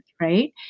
Right